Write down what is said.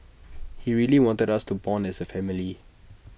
he really wanted us to Bond as A family